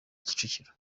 kicukiro